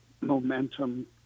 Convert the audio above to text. momentum